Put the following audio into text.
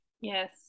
yes